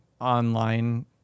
online